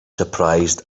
surprised